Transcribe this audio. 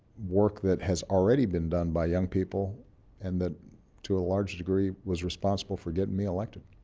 work that has already been done by young people and that to a large degree was responsible for getting me elected.